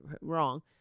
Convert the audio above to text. wrong